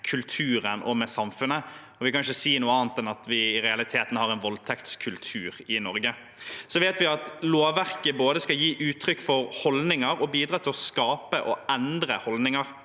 kulturen og med samfunnet, og vi kan jo ikke si noe annet enn at vi i realiteten har en voldtektskultur i Norge. Vi vet at lovverket både skal gi uttrykk for holdninger og bidra til å skape og endre holdninger.